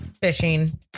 fishing